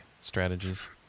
strategies